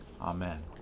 Amen